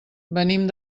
venim